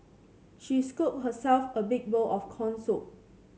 she scooped herself a big bowl of corn soup